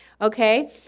okay